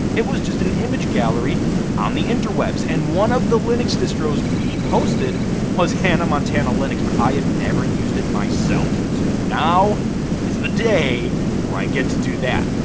it was just an image gallery on the interwebs. and one of the linux distros we posted was hannah montana linux but i have never used it myself. so now is the day where i get to do that.